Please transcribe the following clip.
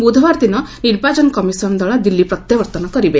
ବୁଧବାର ଦିନ ନିର୍ବାଚନ କମିଶନ ଦଳ ଦିଲ୍ଲୀ ପ୍ରତ୍ୟାବର୍ତ୍ତନ କରିବେ